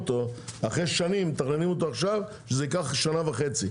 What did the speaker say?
אחרי שנים הם מתכננים אותו עכשיו שזה ייקח שנה וחצי.